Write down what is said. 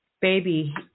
baby